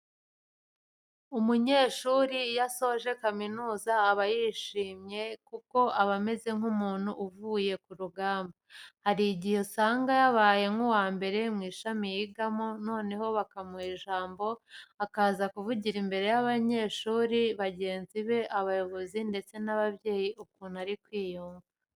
Umunyeshuri iyo asoje kaminuza aba yishimye kuko aba ameze nk'umuntu uvuye ku rugamba. Hari igihe usanga yabaye nk'uwambere mu ishami yigamo noneho bakamuha ijambo akaza kuvugira imbere y'abanyeshuri bagenzi be, abayobozi ndetse n'ababyeyi ukuntu arimo kwiyumva.